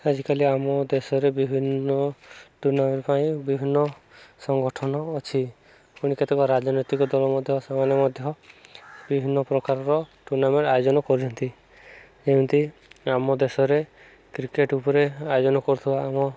ଆଜିକାଲି ଆମ ଦେଶରେ ବିଭିନ୍ନ ଟୁର୍ଣ୍ଣାମେଣ୍ଟ ପାଇଁ ବିଭିନ୍ନ ସଂଗଠନ ଅଛି ପୁଣି କେତେକ ରାଜନୈତିକ ଦଳ ମଧ୍ୟ ସେମାନେ ମଧ୍ୟ ବିଭିନ୍ନ ପ୍ରକାରର ଟୁର୍ଣ୍ଣାମେଣ୍ଟ ଆୟୋଜନ କରୁଛନ୍ତି ଯେମିତି ଆମ ଦେଶରେ କ୍ରିକେଟ ଉପରେ ଆୟୋଜନ କରୁଥିବା ଆମ